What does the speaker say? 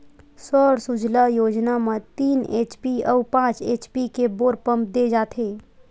सौर सूजला योजना म तीन एच.पी अउ पाँच एच.पी के बोर पंप दे जाथेय